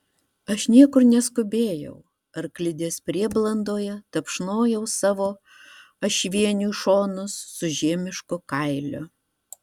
aš niekur neskubėjau arklidės prieblandoje tapšnojau savo ašvieniui šonus su žiemišku kailiu